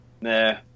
Nah